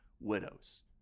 widows